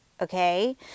okay